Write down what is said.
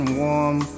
warm